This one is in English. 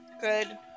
Good